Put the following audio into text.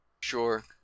Sure